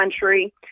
country